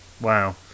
wow